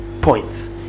points